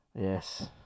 Yes